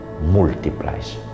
multiplies